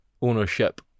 ownership